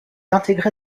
intégré